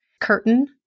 curtain